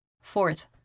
Fourth